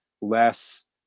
less